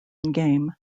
game